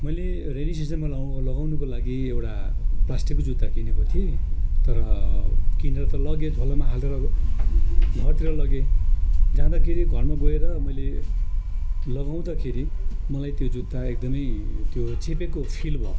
मैले रेनी सिजनमा लगाउ लगाउनुको लागि एउटा प्लासटिकको जुत्ता किनेको थिएँ तर किनेर त लगेँ झोलामा हालेर घरतिर लगेँ जाँदाखेरि घरमा गएर मैले लगाउँदाखेरि मलाई त्यो जुत्ता एकदमै त्यो चेपेको फिल भयो